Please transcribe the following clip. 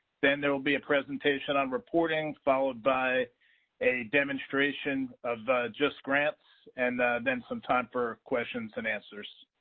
then there'll be a presentation on reporting followed by a demonstration of justgrants. and then some time for questions and answers.